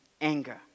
anger